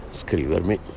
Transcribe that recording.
scrivermi